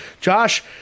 Josh